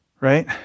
right